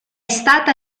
stata